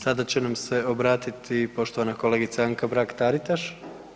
Sada će nam se obratiti poštovana kolegica Anka Mrak Taritaš.